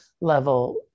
level